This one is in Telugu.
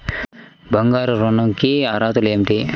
బంగారు ఋణం కి అర్హతలు ఏమిటీ?